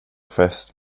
fest